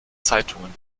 zeitungen